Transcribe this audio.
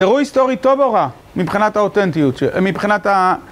אירוע היסטורי טוב או רע? מבחינת האותנטיות... מבחינת ה...